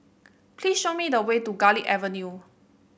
please show me the way to Garlick Avenue